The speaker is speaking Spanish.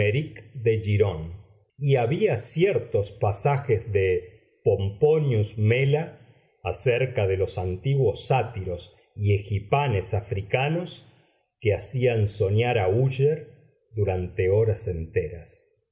de gironne y había ciertos pasajes de pomponius mela acerca de los antiguos sátiros y egipanes africanos que hacían soñar a úsher durante horas enteras